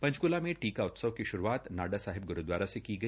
पंचकूला में टीका उत्सव की श्रूआत नाडा साहिब ग्रूदवारा से किया गया